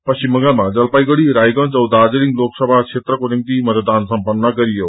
पश्चिम बंगालामा जलपाईगुड़ी रायगंज औ दार्जीलिङ लोकसमा क्षेत्रको निम्ति मतदान सम्पन्न गरियो